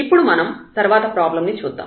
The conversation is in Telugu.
ఇప్పుడు మనం తర్వాత ప్రాబ్లం ను చూద్దాం